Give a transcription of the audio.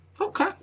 Okay